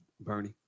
Bernie